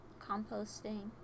composting